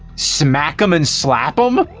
smack'em and slap'em?